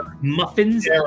muffins